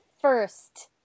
first